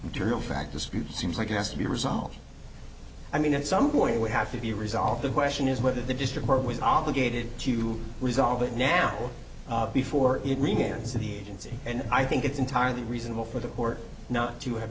material fact dispute seems like it has to be resolved i mean at some point would have to be resolved the question is whether the district court was obligated to resolve it now before it regains the agency and i think it's entirely reasonable for the court not to have